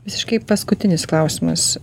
visiškai paskutinis klausimas